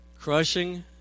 crushing